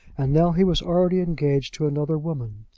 and now he was already engaged to another woman.